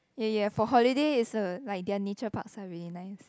ya ya for holiday is uh like their nature parks are really nice